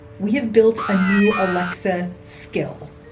we have built a new aleksa skill.